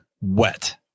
wet